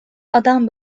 adam